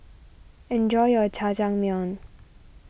enjoy your Jajangmyeon